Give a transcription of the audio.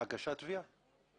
הגשת תביעה לבית משפט.